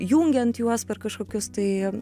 jungiant juos per kažkokius tai